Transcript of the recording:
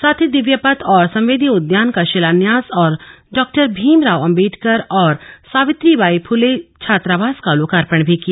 साथ ही दिव्य पथ और संवेदी उद्यान का शिलान्यास और डॉक्टर भीमराव अंबेडकर और सावित्रीबाई फ्ले छात्रावास का लोकार्पण भी किया